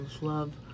love